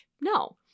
No